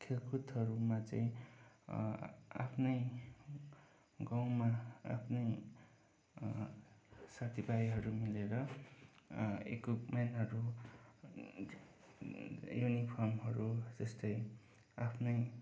खेलकुदहरूमा चाहिँ आफ्नै गाउँमा आफ्नै साथी भाइहरू मिलेर इक्विपमेन्टहरू युनिफर्महरू त्यस्तै आफ्नै